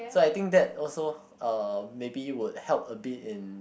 so I think that also uh maybe would help a bit in